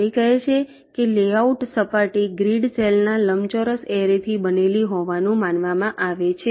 તે કહે છે કે લેઆઉટ સપાટી ગ્રીડ સેલ ના લંબચોરસ એરેથી બનેલી હોવાનું માનવામાં આવે છે